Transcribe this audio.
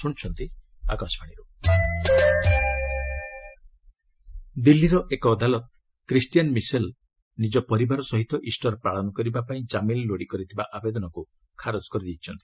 court ମିସିଲ୍ ଦିଲ୍ଲୀର ଏକ ଅଦାଲତ କ୍ରିଷ୍ଟିଆନ୍ ମିସେଲ୍ ନିଜ ପରିବାର ସହିତ ଇଷ୍ଟର ପାଳନ କରିବା ପାଇଁ ଜାମିନ୍ ଲୋଡ଼ି କରିଥିବା ଆବେଦନକୁ ଖାରଜ କରିଦେଇଛନ୍ତି